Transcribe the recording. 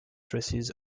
stresses